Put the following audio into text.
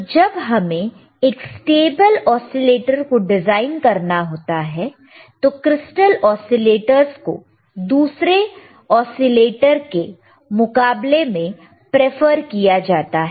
तो जब हमें एक स्टेबल औसीलेटर को डिजाइन करना होता है तो क्रिस्टल औसीलेटरस को दूसरे औसीलेटर के मुकाबले में प्रेफर किया जाता है